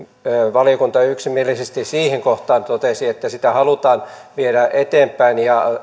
valiokunta yksimielisesti siihen kansalaisaloitteen kohtaan totesi että sitä halutaan viedä eteenpäin ja